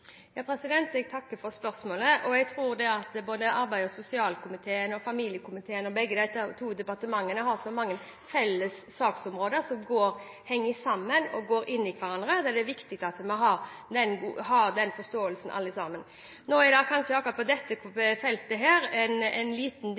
Jeg takker for spørsmålet. Jeg tror at arbeids- og sosialkomiteen og familie- og kulturkomiteen – og begge de to departementene – har mange felles saksområder, som henger sammen og går inn i hverandre. Det er viktig at vi alle har den forståelsen. På akkurat dette feltet er det kanskje